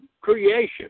creation